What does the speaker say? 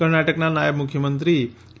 કર્ણાટકના નાયબ મુખ્યમંત્રી એ